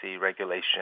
regulation